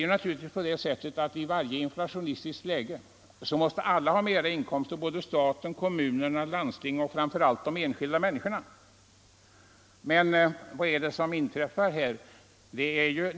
Ja, i varje inflationistiskt läge måste alla ha mera inkomster — staten, kommunerna, landstingen och framför allt de enskilda människorna. Men vad är det som inträffar här?